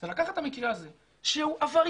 זה לקחת את המקרה הזה שהוא עברייני